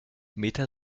meta